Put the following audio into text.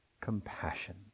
Compassion